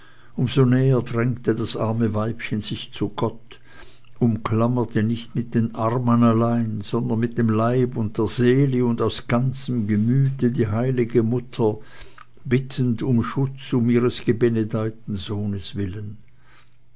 so näher drängte das arme weibchen sich zu gott umklammerte nicht mit den armen allein sondern mit dem leibe und der seele und aus ganzem gemüte die heilige mutter bittend um schutz um ihres gebenedeiten sohnes willen